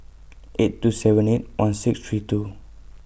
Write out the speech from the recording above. eight two seven eight one six three two